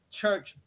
church